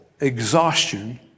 exhaustion